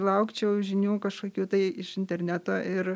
laukčiau žinių kažkokių tai iš interneto ir